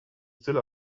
still